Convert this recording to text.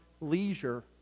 leisure